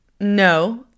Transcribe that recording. no